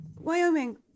Wyoming